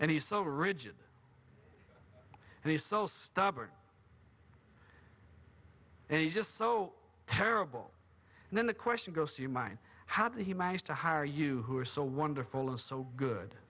and he's so rigid and he's so stubborn and he's just so terrible and then the question goes to your mind how did he manage to hire you who are so wonderful and so good